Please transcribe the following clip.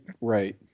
right